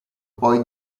poi